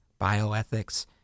bioethics